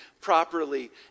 properly